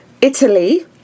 Italy